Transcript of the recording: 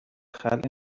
خلق